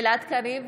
גלעד קריב,